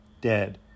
dead